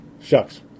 Shucks